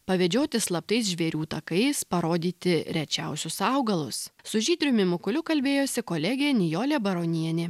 pavedžioti slaptais žvėrių takais parodyti rečiausius augalus su žydriumi mukuliu kalbėjosi kolegė nijolė baronienė